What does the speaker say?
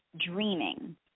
dreaming